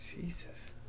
Jesus